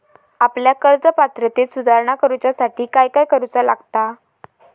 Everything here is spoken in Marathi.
आपल्या कर्ज पात्रतेत सुधारणा करुच्यासाठी काय काय करूचा लागता?